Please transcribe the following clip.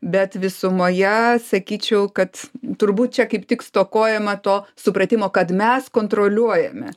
bet visumoje sakyčiau kad turbūt čia kaip tik stokojama to supratimo kad mes kontroliuojame